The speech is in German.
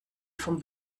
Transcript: vom